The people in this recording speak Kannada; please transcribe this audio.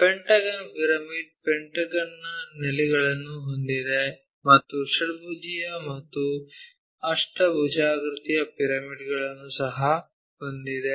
ಪೆಂಟಗನ್ ಪಿರಮಿಡ್ ಪೆಂಟಗನ್ ನ ನೆಲೆಗಳನ್ನು ಹೊಂದಿದೆ ಮತ್ತು ಷಡ್ಭುಜೀಯ ಮತ್ತು ಅಷ್ಟಭುಜಾಕೃತಿಯ ಪಿರಮಿಡ್ ಗಳನ್ನು ಸಹ ಹೊಂದಿದೆ